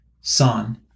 Son